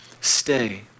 stay